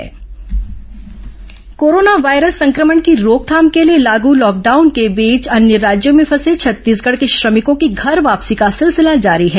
corona श्रमिक वापसी corona virus संक्रमण की रोकथाम के लिए लागू लॉकडाउन के बीच अन्य राज्यों में फंसे छत्तीसगढ़ के श्रमिकों की घर वापसी का सिलसिला जारी है